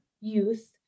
youth